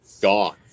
gone